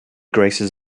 graces